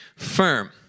Firm